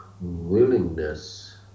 willingness